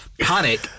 panic